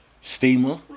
Steamer